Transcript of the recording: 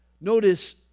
notice